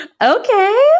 Okay